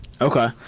Okay